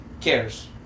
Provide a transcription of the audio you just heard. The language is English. Cares